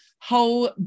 whole